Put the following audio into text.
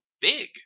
big